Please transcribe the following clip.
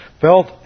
felt